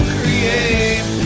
create